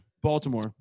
Baltimore